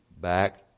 back